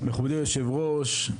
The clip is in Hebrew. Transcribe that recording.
מכובדי היושב ראש,